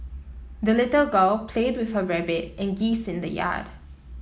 the little girl played with her rabbit and geese in the yard